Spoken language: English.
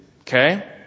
okay